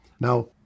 Now